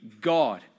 God